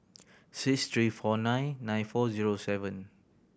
six three four nine nine four zero seven